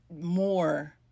more